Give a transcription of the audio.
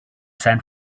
san